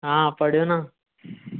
हा पढ़ियो न